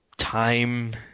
time